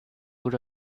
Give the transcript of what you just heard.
good